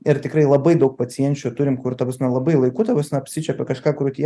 ir tikrai labai daug pacienčių turim kur ta prasme labai laiku ta prasme apsičiuopė kažką krūtyje